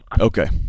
okay